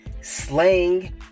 slang